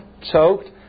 choked